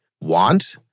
want